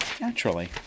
Naturally